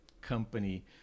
company